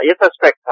या सस्पेक्ट था